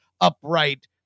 upright